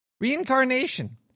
Reincarnation